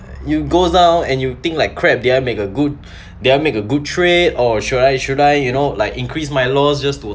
it goes down and you think like crap did I make a good did I make a good trade or should I should I you know like increase my lots just to